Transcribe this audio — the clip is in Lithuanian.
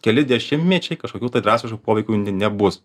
keli dešimtmečiai kažkokių tai drastiškų poveikių ne nebus